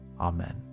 amen